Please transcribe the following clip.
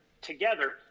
together